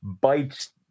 bites